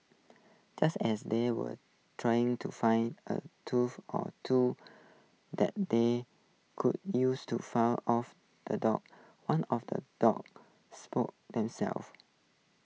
just as they were trying to find A tools or two that they could use to fend off the dogs one of the dogs spotted themself